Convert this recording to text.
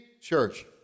church